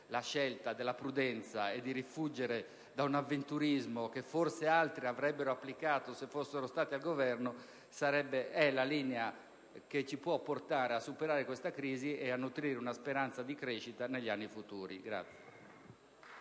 la scelta della prudenza e di rifuggire da un avventurismo che forse altri avrebbero applicato se fossero stati al Governo sia la linea che ci può portare a superare questa crisi e a nutrire una speranza di crescita negli anni futuri.